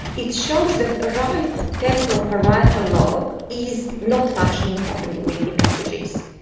it shows that the right temporal parietal lobe is not functioning properly in refugees.